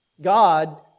God